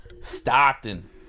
Stockton